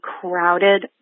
crowded